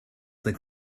that